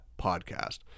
podcast